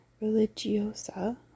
religiosa